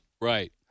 Right